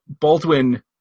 Baldwin